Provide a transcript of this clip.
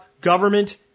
government